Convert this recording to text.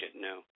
no